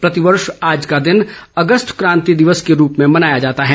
प्रतिवर्ष आज का दिन अगस्त क्रांति दिवस के रूप में मनाया जाता है